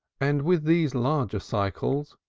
and with these larger cycles,